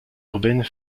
urbaine